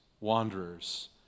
wanderers